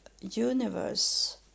universe